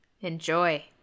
Enjoy